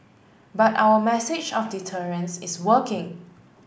but our message of deterrence is working